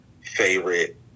favorite